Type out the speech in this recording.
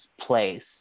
place